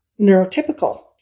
neurotypical